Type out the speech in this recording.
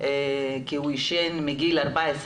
כי הוא עישן מגיל 14,